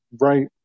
Right